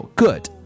good